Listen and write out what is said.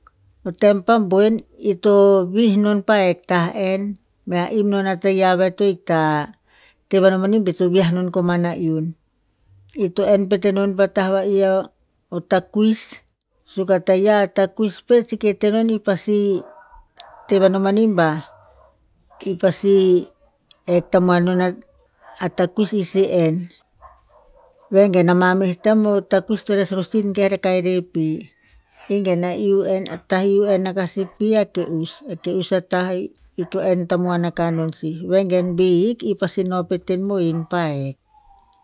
O tem pa boen ito vih non pa hek ta enn mea im non a taia veh to ikta te va no mani ba to viah no komana iun. I to enn pet enon pa tah va'i a takuis suk a taia takuis pet si ke tenon i pasi, te va no mani ba, i pasi hek tamuan non a takuis i sih enn. Vengen ama moih tem a takuis to res rosin kehrakah irer pi. I gen a iuh enn, tah iuh enn rakah si pi a ke'us. Ke'us a tah ito enn tamuan aka non si. Vengen bi hik i pasi no pet mohin pa hek.